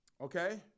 okay